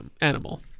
animal